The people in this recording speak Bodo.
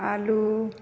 आलु